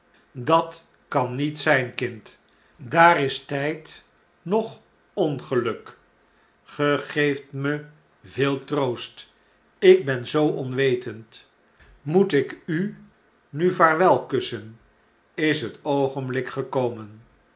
dat kan niet zjjn kind daar is tijd noch ongeluk ge geeft me veel troost ik ben zooonwetend moet ik u nu vaarwel kussen is het oogenblik gekomen